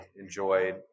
enjoyed